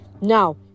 Now